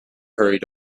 hurried